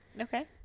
Okay